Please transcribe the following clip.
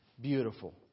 beautiful